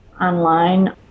online